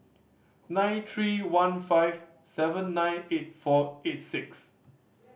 nine three one five seven nine eight four eight six